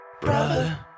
brother